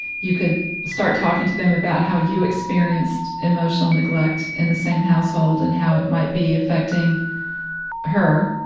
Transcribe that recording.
you could start talking to them about how you experienced emotional neglect in the same household and how it might be affecting her,